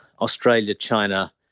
Australia-China